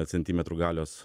centimetrų galios